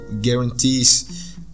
guarantees